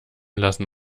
lassen